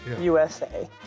USA